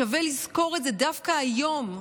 שווה לזכור את זה דווקא היום.